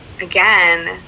again